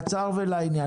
קצר ולעניין.